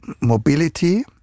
Mobility